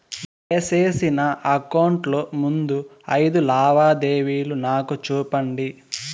దయసేసి నా అకౌంట్ లో ముందు అయిదు లావాదేవీలు నాకు చూపండి